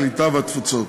הקליטה והתפוצות.